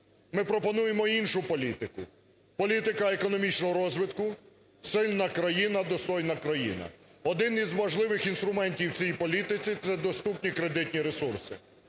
Ми пропонуємо іншу політику. Політика економічного розвитку, сильна країна, достойна країна. Один із важливих інструментів в цій політиці, це доступні кредитні ресурси.